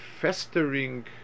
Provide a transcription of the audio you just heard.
festering